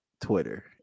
Twitter